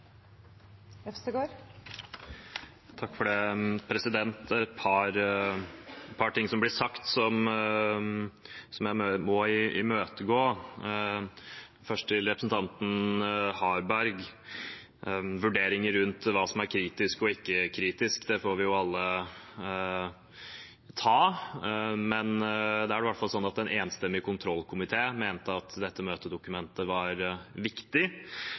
et par ting som blir sagt som jeg må imøtegå. Først til representanten Harberg: Vurderinger av hva som er kritisk og ikke kritisk, får vi jo alle ta, men det er i hvert fall slik at en enstemmig kontrollkomité mente at dette møtedokumentet var viktig.